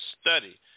study